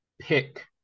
pick